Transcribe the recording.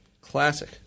classic